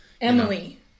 Emily